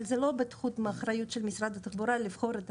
אבל זה לא בתחום האחריות של משרד התחבורה לבחון את זה.